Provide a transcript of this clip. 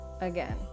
again